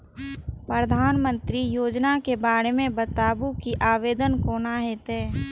प्रधानमंत्री योजना के बारे मे बताबु की आवेदन कोना हेतै?